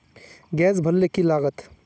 Gas भरले की लागत?